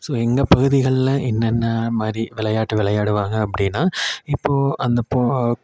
so எங்கள் பகுதிகளில் என்னென்ன மாதிரி விளையாட்டு விளையாடுவாங்க அப்படினா இப்போ அந்த போ